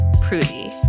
prudy